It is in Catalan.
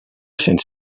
cents